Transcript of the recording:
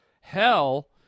Hell